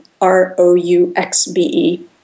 R-O-U-X-B-E